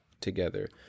together